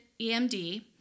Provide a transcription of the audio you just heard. EMD